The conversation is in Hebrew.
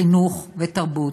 חינוך ותרבות".